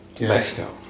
Mexico